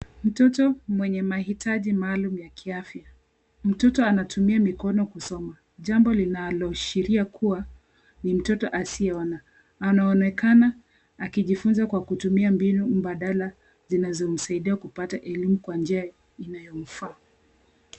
Mtoto mwenye mahitaji maalum ya kiafya. Mtoto anatumia mikono kusoma, jambo linaloashiria kuwa ni mtoto asiyeona. Anaonekana akijifunza kwa kutumia mbinu mbadala zinazomsaidia kupata elimu kwa njia inayomfaa.